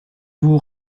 vous